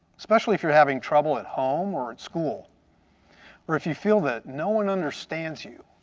especially if you're having trouble at home or at school or if you feel that no one understands you.